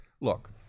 Look